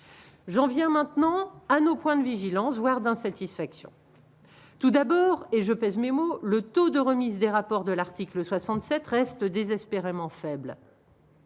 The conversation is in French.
j'en viens maintenant à nos points de vigilance, voire d'insatisfaction tout d'abord, et je pèse mes mots, le taux de remise des rapports de l'article 67 reste désespérément faible